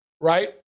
Right